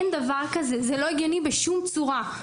זה לא הגיוני בשום צורה.